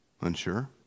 unsure